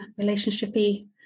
relationshipy